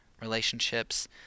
relationships